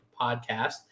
podcast